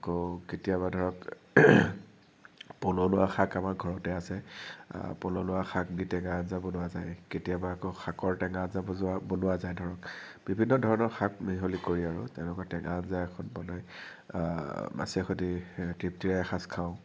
আকৌ কেতিয়াবা ধৰক পনৰৌৱা শাক আমাৰ ঘৰতে আছে পনৰৌৱা শাক দি টেঙা আঞ্জা বনোৱা যায় কেতিয়াবা আকৌ শাকৰ টেঙা বনো বনোৱা যায় ধৰক বিভিন্ন ধৰণৰ শাক মিহলি কৰি আৰু তেনেকুৱা টেঙা আঞ্জা এখন বনাই মাছেৰে সৈতে তৃপ্তিৰে এসাঁজ খাওঁ